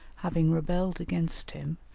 having rebelled against him,